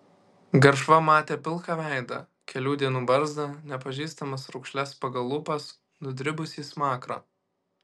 garšva matė pilką veidą kelių dienų barzdą nepažįstamas raukšles pagal lūpas nudribusį smakrą